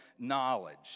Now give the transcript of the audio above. knowledge